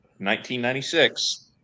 1996